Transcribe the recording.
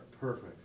Perfect